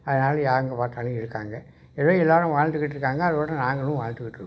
அதனால எங்க பார்த்தாலும் இருக்காங்க ஏதோ எல்லாேரும் வாழ்ந்துக்கிட்டு இருக்காங்க அதோடு நாங்களும் வாழ்ந்துக்கிட்டு இருக்கோம்